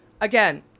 Again